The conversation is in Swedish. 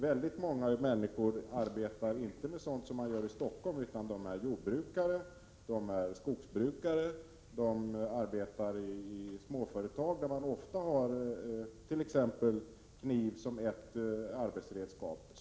Väldigt många människor arbetar där inte med sådant som man gör i Stockholm utan är jordbrukare eller skogsbrukare eller arbetar i småföretag där man ofta hart.ex. kniv som arbetsredskap.